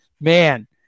man